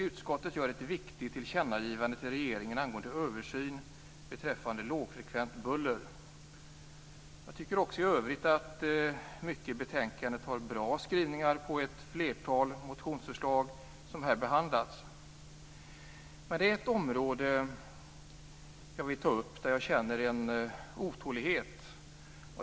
Utskottet gör ett viktigt tillkännagivande till regeringen angående översyn beträffande lågfrekvent buller. Jag tycker också i övrigt att mycket i betänkandet har bra skrivningar på ett flertal motionsförslag som här behandlats. Men det är ett område jag vill ta upp där jag känner en otålighet.